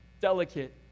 delicate